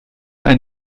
ein